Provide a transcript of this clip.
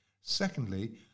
Secondly